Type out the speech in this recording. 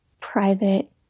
private